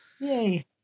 yay